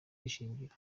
ishingiro